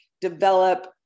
develop